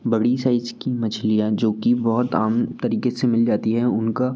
बड़ी साइज की मछलियाँ जो कि बहुत आम तरीक़े से मिल जाती है उनका